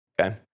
okay